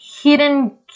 hidden